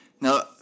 Now